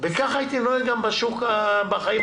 וככה הייתי נוהג בחיים הפרטיים